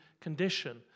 condition